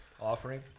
offering